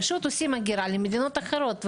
פשוט עושים הגירה למדינות אחרות.